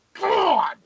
god